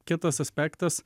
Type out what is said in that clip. kitas aspektas